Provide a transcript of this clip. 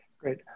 Great